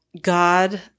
God